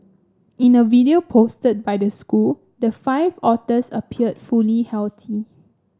in a video posted by the school the five otters appeared fully healthy